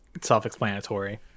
self-explanatory